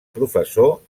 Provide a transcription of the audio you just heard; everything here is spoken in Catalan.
professor